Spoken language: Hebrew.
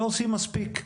לא עושים מספיק.